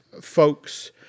folks